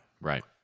right